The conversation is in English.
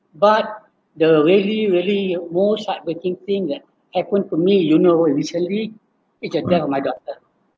but the really really most heartbreaking thing that happened to me you know what is recently is the death of my daughter